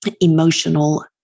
emotional